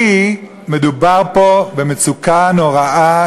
כי מדובר פה במצוקה נוראה,